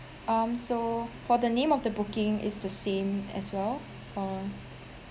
um so for the name of the booking it's the same as well or